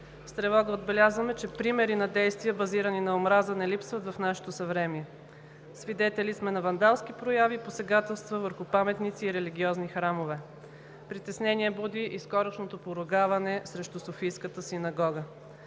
С тревога отбелязваме, че примери на действие, базирани на омраза, не липсват в нашето съвремие. Свидетели сме на вандалски прояви и посегателства върху паметници и религиозни храмове. Притеснение буди и скорошното поругаване срещу Софийската синагога.